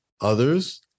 others